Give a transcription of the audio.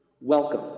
welcome